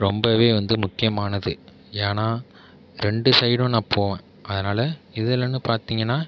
ரொம்பவே வந்து முக்கியமானது ஏன்னா ரெண்டு சைடும் நான் போவேன் அதனால் இது இல்லைன்னு பார்த்திங்கனா